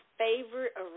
favorite